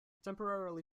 temporarily